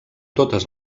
totes